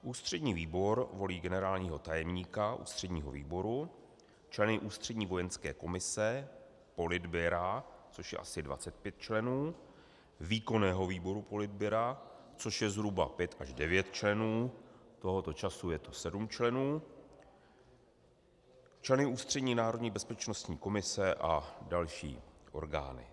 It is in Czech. Ústřední výbor volí generálního tajemníka Ústředního výboru, členy Ústřední vojenské komise, Politbyra, což je asi 25 členů, členy Výkonného výboru Politbyra, což je zhruba pět až devět členů, tohoto času je to sedm členů, členy Ústřední národní bezpečnostní komise a dalších orgánů.